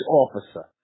officer